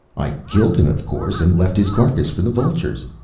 i killed him, of course, and left his carcass for the vultures.